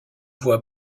voix